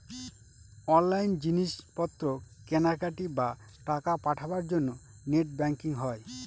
online জিনিস পত্র কেনাকাটি, বা টাকা পাঠাবার জন্য নেট ব্যাঙ্কিং হয়